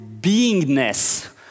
beingness